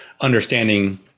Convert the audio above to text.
understanding